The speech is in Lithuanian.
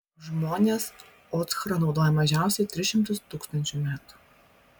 žmonės ochrą naudoja mažiausiai tris šimtus tūkstančių metų